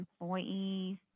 employees